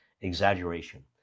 exaggeration